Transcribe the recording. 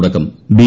തുടക്കം ബി